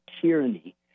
tyranny